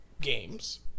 games